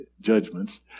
judgments